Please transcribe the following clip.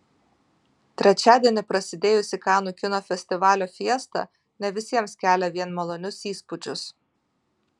trečiadienį prasidėjusi kanų kino festivalio fiesta ne visiems kelia vien malonius įspūdžius